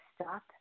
stop